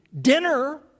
dinner